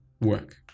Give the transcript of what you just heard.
work